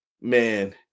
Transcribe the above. man